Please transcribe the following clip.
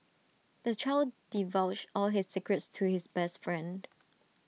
the child divulged all his secrets to his best friend